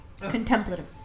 Contemplative